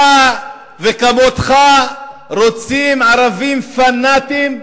אתה וכמותך רוצים ערבים פנאטים,